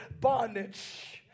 bondage